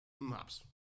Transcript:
Mops